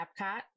Epcot